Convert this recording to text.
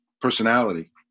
personality